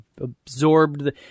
absorbed –